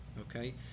okay